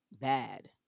bad